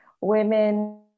women